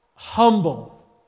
Humble